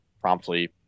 promptly